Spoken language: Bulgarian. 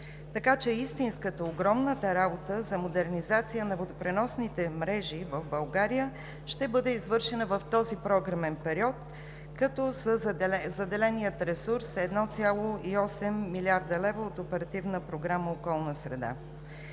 Така че истинската, огромната работа за модернизацията на водопреносните мрежи в България ще бъде извършена в този програмен период, като заделеният ресурс е 1,8 млрд. лв. от Оперативна програма „Околна среда“.